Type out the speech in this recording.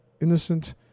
innocent